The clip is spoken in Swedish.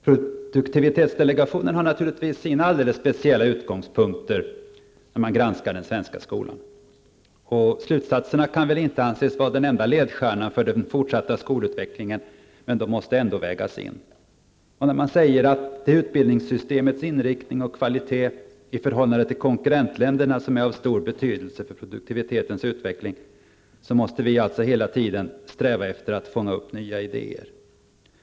Produktivitetsdelegationen har naturligtvis sina alldeles speciella utgångspunkter när den granskar den svenska skolan. Och slutsatserna kan väl inte anses vara den enda ledstjärnan för den fortsatta skolutvecklingen, men de måste ändå vägas in. När man säger att det är utbildningssystemets inriktning och kvalitet i förhållande till konkurrentländerna som är av stor betydelse för produktivitetens utveckling, måste vi alltså hela tiden sträva efter att fånga upp nya idéer.